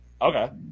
Okay